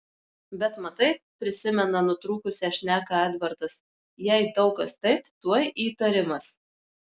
bet matai prisimena nutrūkusią šneką edvardas jei daug kas taip tuoj įtarimas